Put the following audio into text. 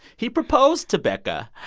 he proposed to becca.